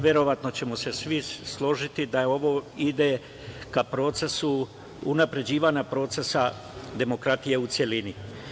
Verovatno ćemo se svi složiti da ovo ide ka unapređenju procesa demokratije u celini.